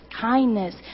kindness